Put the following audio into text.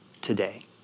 today